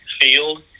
field